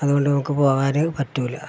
അതുകൊണ്ട് നമുക്ക് പോകാൻ പറ്റില്ല